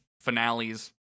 finales